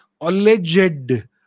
alleged